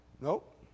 Nope